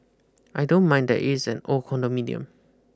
I don't mind that it is an old condominium